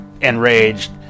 enraged